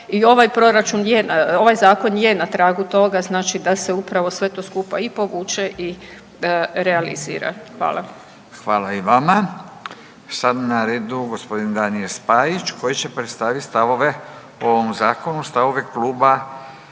ovaj zakon je na tragu toga. Znači da se upravo sve to skupa i povuče i realizira. Hvala. **Radin, Furio (Nezavisni)** Hvala i vama. Sada je na redu gospodin Danijel Spajić koji će predstavit stavove o ovom zakonu, stavove Kluba